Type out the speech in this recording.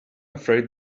afraid